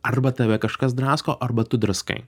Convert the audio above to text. arba tave kažkas drasko arba tu draskai